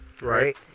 right